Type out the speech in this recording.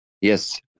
yes